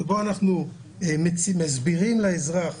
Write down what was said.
בו אנחנו מסבירים לאזרח